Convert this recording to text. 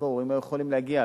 הם לא יכולים להגיע,